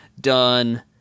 done